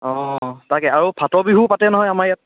অঁ তাকে আৰু ফাটৰ বিহুও পাতে নহয় আমাৰ ইয়াত